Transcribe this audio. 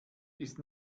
ist